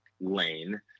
lane